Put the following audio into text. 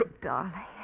darling